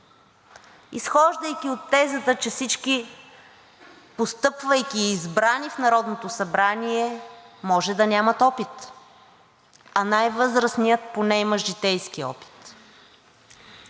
Изхождайки от тезата, че всички, постъпвайки избрани в Народното събрание, може да нямат опит, а най-възрастният поне има житейски опит.